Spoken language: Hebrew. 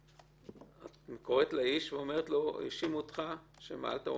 את קוראת לאיש ואומרת לו: האשימו אותך שמעלת.